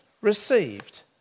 received